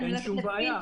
אין בעיה.